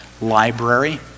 library